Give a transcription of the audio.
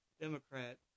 Democrat